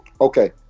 Okay